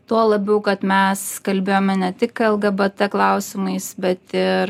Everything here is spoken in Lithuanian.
tuo labiau kad mes kalbėjome ne tik lgbt klausimais bet ir